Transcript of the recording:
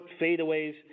fadeaways